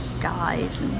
guys